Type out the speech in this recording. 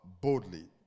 Boldly